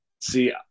see